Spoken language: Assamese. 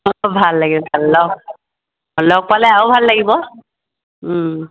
অঁ ভাল লাগিল ভ লগ লগ পালে আৰু ভাল লাগিব